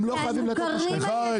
הם מוכרים על ידנו.